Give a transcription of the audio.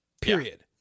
Period